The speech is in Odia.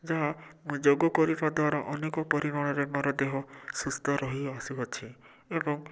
ଯାହା ମୁଁ ଯୋଗ କରିବା ଦ୍ୱାରା ଅନେକ ପରିମାଣରେ ମୋର ଦେହ ସୁସ୍ଥ ରହିଆସୁଅଛି ଏବଂ